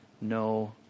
no